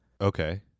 okay